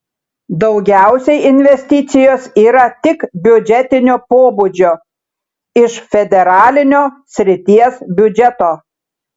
daugiausiai investicijos yra tik biudžetinio pobūdžio iš federalinio srities biudžeto